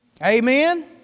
Amen